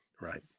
Right